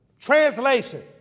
Translation